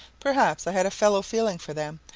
perhaps i had a fellow-feeling for them,